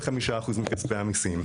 25% מכספי המיסים.